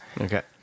Okay